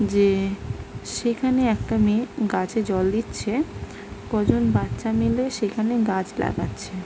যে সেখানে একটা মেয়ে গাছে জল দিচ্ছে কজন বাচ্ছা মিলে সেখানে গাছ লাগাচ্ছে